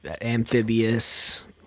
amphibious